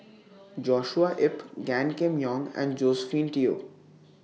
Joshua Ip Gan Kim Yong and Josephine Teo